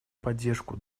поддержку